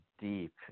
deep